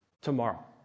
tomorrow